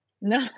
No